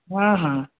ହଁ ହଁ